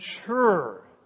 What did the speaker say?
mature